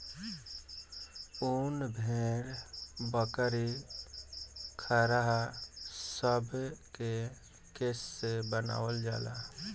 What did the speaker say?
उन भेड़, बकरी, खरहा सभे के केश से बनावल जाला